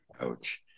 Ouch